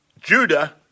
Judah